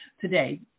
today